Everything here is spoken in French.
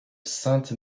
sainte